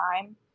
time